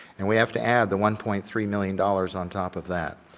and we have to add the one point three million dollars on top of that,